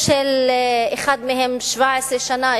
אחד מהם עם ניסיון של 17 שנה,